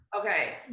Okay